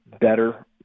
better